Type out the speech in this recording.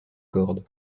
cordes